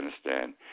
Afghanistan